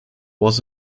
was